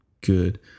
good